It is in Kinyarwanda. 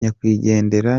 nyakwigendera